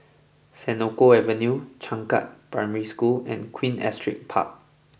Senoko Avenue Changkat Primary School and Queen Astrid Park